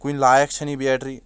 کُنہِ لایق چھنہٕ یہِ بیٹری